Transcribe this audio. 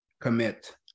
Commit